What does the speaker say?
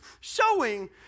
showing